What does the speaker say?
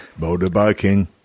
Motorbiking